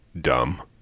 dumb